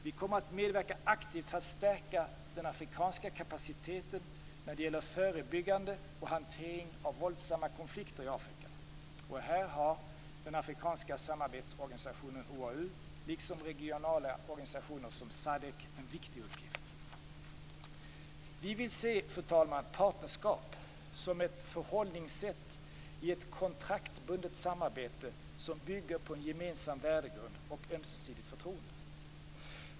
Vi kommer att medverka aktivt för att stärka den afrikanska kapaciteten när det gäller förebyggande och hantering av våldsamma konflikter i Afrika. Här har den afrikanska samarbetsorganisationen OAU, liksom regionala organisationer som SADC, en viktig uppgift. Fru talman! Vi vill se partnerskap som ett förhållningssätt i ett kontraktsbundet samarbete som bygger på en gemensam värdegrund och ömsesidigt förtroende.